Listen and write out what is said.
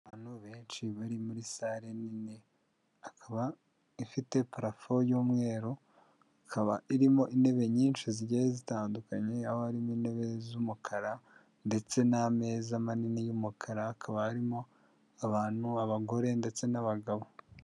Abantu benshi bari muri salle nini, ikaba ifite parafo y'umweru, ikaba irimo intebe nyinshi zigiye zitandukanye, aho harimo intebe z'umukara ndetse n'ameza manini y'umukara, hakaba arimo abantu, abagore ndetse n'abagabo.